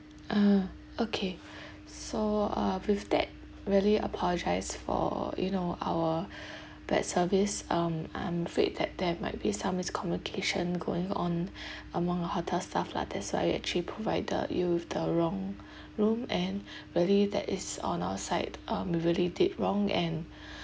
ah okay so uh with that really apologise for you know our bad service um I'm afraid that there might be some miscommunication going on among our hotel staff lah that's why actually provided you with the wrong room and really that is on our side um we really did wrong and